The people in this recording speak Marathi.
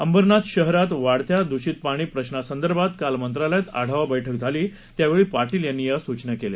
अंबरनाथ शहरात वाढत्या दृषित पाणी प्रश्रासंदर्भात काल मंत्रालयात आढावा बैठक झाली त्यावेळी पार्श्वेल यांनी या सूचना दिल्या